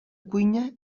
cuina